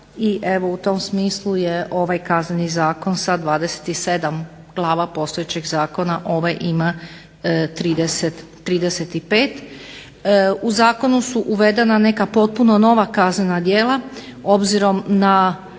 I evo, u tom smislu je ovaj Kazneni zakon sa 27 glava postojećeg zakona ovaj ima 35. U zakonu su uvedena neka potpuno nova kaznena djela obzirom na